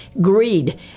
Greed